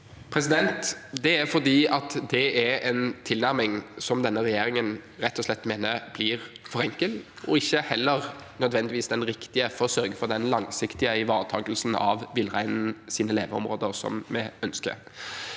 Det er fordi det er en tilnærming som denne regjeringen rett og slett mener blir for enkel, og som heller ikke nødvendigvis er den riktige for å sørge for den langsiktige ivaretakelsen av villreinens leveområder som vi ønsker.